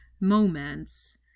moments